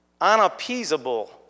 unappeasable